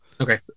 Okay